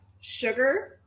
Sugar